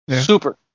Super